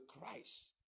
Christ